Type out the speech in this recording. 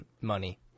money